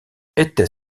était